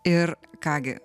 ir ką gi